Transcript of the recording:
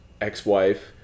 ex-wife